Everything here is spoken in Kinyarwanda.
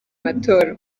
matora